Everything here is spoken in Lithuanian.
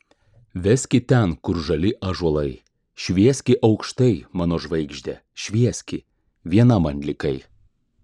veski ten kur žali ąžuolai švieski aukštai mano žvaigžde švieski viena man likai